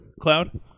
cloud